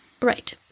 Right